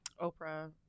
Oprah